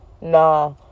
nah